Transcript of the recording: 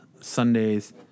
Sundays